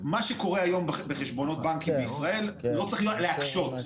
מה שקורה היום בחשבונות בנקים בישראל - לא צריך להקשות.